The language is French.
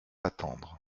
attendre